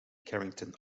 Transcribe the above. carrington